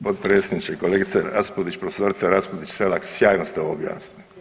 Potpredsjedniče, kolegice Raspudić, profesorice Raspudić Selak, sjajno ste ovo objasnili.